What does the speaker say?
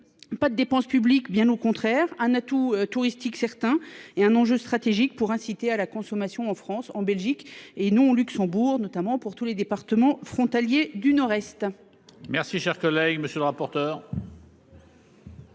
Pas de dépenses publiques, bien au contraire un atout touristique certains est un enjeu stratégique pour inciter à la consommation en France, en Belgique et non au Luxembourg, notamment pour tous les départements frontaliers du Nord-Est. Merci, chers collègues, monsieur le rapporteur.